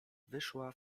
wyszła